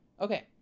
okay